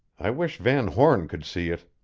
i wish van horn could see it.